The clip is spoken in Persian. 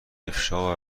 افشا